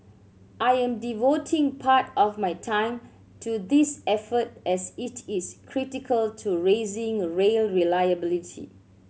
I am devoting part of my time to this effort as it is critical to raising rail reliability